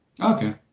Okay